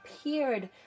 appeared